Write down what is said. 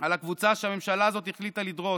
על הקבוצה שהממשלה הזאת החליטה לדרוס: